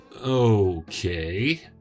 okay